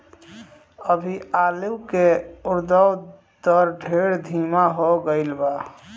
अभी आलू के उद्भव दर ढेर धीमा हो गईल बा